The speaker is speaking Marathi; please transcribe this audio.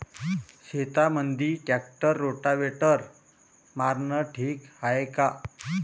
शेतामंदी ट्रॅक्टर रोटावेटर मारनं ठीक हाये का?